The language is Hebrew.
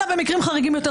אלא במקרים חריגים יותר,